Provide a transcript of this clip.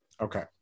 Okay